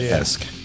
esque